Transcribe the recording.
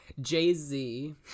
Jay-Z